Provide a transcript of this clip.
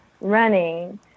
running